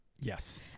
Yes